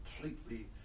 completely